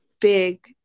big